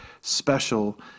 special